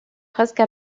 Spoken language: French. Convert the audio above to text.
presque